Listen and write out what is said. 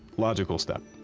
logical step.